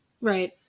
Right